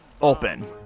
open